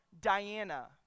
Diana